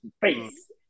face